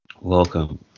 welcome